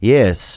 Yes